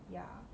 yeah